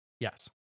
Yes